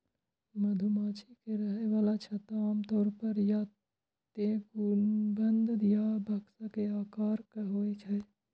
मधुमाछी के रहै बला छत्ता आमतौर पर या तें गुंबद या बक्सा के आकारक होइ छै